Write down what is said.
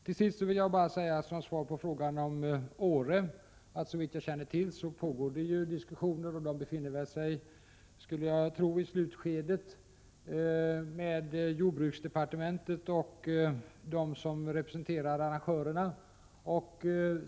Till sist vill jag bara som svar på frågan om Åre säga: Såvitt jag känner till pågår det diskussioner med jordbruksdepartementet och dem som representerar arrangörerna, och de diskussionerna skulle jag tro befinner sig i ett slutskede.